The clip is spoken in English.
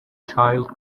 child